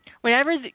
Whenever